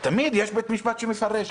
תמיד יש בית משפט שמפרש.